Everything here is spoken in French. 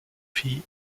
fille